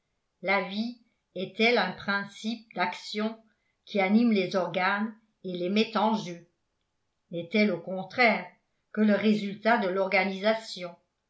la vie est-elle un principe d'action qui anime les organes et les met en jeu n'est-elle au contraire que le résultat de l'organisation